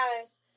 guys